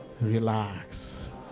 Relax